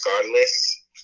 regardless